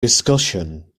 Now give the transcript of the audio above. discussion